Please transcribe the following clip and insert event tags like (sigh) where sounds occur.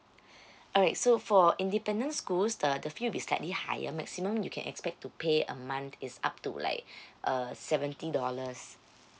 (breath) alright so for independent schools the the fee will be slightly higher maximum you can expect to pay a month is up to like uh seventy dollars